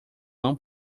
não